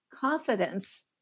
confidence